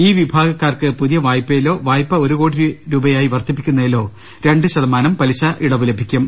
ഈ വിഭാഗക്കാർക്ക് പുതിയ വായ്പയിലോ വായ്പ ഒരു കോടി രൂപയായി വർധിപ്പിക്കുന്നതിലോ രണ്ട് ശത മാനം പലിശ ഇളവ് ലഭിക്കും